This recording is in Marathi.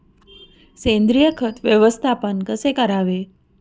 सेंद्रिय खत व्यवस्थापन कसे करावे?